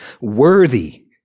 Worthy